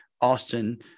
Austin